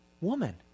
Woman